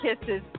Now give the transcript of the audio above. kisses